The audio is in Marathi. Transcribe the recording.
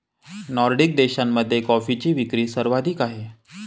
नॉर्डिक देशांमध्ये कॉफीची विक्री सर्वाधिक आहे